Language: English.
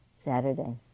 Saturday